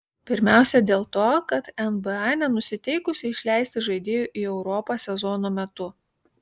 pirmiausia dėl to kad nba nenusiteikusi išleisti žaidėjų į europą sezono metu